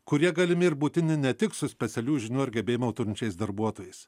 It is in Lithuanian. kurie galimi ir būtini ne tik su specialių žinių ar gebėjimų turinčiais darbuotojais